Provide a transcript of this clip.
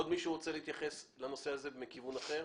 עוד מישהו רוצה להתייחס לנושא הזה מכיוון אחר?